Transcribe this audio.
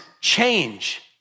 change